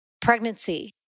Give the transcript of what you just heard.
pregnancy